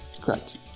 Correct